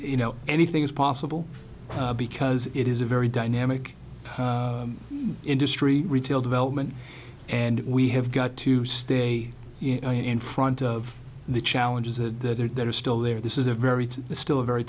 you know anything is possible because it is a very dynamic industry retail development and we have got to stay in front of the challenges that are that are still there this is a very it's still a very